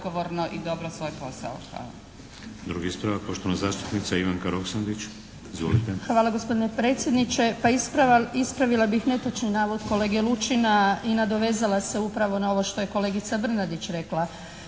Hvala gospodine predsjedniče. Pa ispravila bih netočni navod kolege Lučina i nadovezala se upravo na ovo što je kolegica Brnadić rekla.